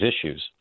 issues